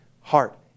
heart